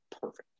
perfect